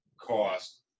cost